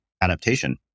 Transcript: adaptation